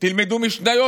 תלמדו משניות?